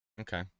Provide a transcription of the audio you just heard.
okay